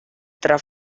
tra